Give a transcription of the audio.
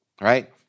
right